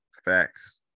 Facts